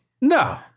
No